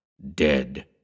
dead